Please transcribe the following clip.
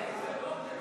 זה לא תקין.